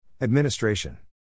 Administration